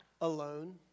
alone